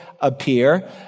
appear